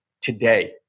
today